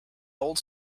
old